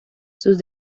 sus